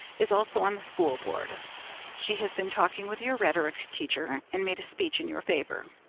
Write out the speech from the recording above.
is also on the school board she has been talking with your rhetoric teacher, and made a speech in your favour.